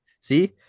see